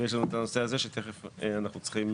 ויש את הנושא הזה שאנחנו צריכים